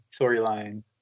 storyline